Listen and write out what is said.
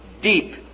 deep